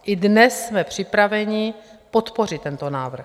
I dnes jsme připraveni podpořit tento návrh.